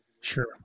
Sure